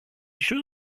jeux